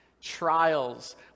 trials